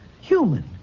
human